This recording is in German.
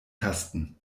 tasten